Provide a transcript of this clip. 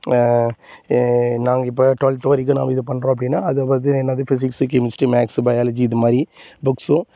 நாங்கள் இப்போ ட்வெலத்தில் வரைக்கும் நாங்கள் இது பண்றோம் அப்படின்னா அது பற்றி என்னது பிசிக்ஸு கெமிஸ்ட்ரி மேக்ஸு பயாலஜி இது மாதிரி புக்ஸும்